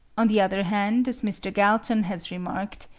on the other hand, as mr. galton has remarked,